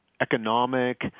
economic